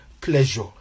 Pleasure